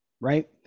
Right